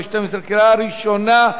התשע"ב 2012, בקריאה ראשונה.